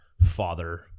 father-